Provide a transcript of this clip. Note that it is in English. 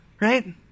Right